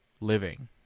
living